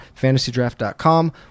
FantasyDraft.com